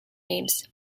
names